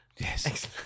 Yes